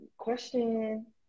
question